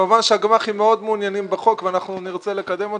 כמובן שהגמ"חים מאוד מעוניינים בחוק ואנחנו נרצה לקדם אותו.